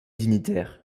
dignitaires